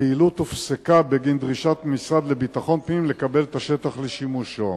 הפעילות הופסקה בגין דרישת המשרד לביטחון פנים לקבל את השטח לשימושו.